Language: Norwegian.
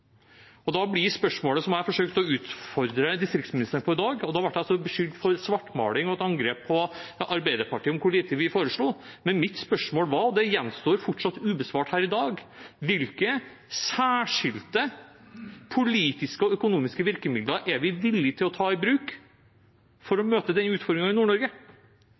Jeg forsøkte i dag å utfordre distriktsministeren på et spørsmål, og da ble jeg beskyldt for svartmaling, og det var et angrep på Arbeiderpartiet om hvor lite vi foreslo. Men mitt spørsmål var, og det gjenstår fortsatt ubesvart her i dag: Hvilke særskilte politiske og økonomiske virkemidler er vi villig til å ta i bruk for å møte den utfordringen i